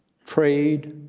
trade,